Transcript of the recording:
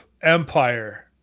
Empire